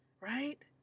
right